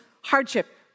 hardship